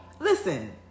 Listen